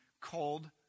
called